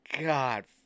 God